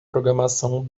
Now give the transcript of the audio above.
programação